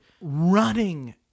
running